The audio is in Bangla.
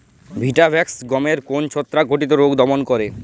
ভিটাভেক্স গমের কোন ছত্রাক ঘটিত রোগ দমন করে?